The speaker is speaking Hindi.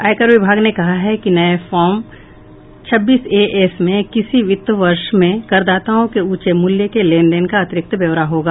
आयकर विभाग ने कहा है कि नये फार्म छब्बीस ए एस में किसी वित्त वर्ष में करतादाओं के उंचे मूल्य के लेनदेन का अतिरिक्त ब्योरा होगा